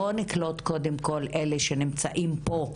בואו נקלוט קודם כל את אלו שנמצאים פה.